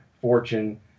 Fortune